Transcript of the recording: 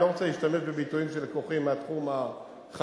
אני לא רוצה להשתמש בביטויים שלקוחים מהתחום החקלאי